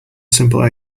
simple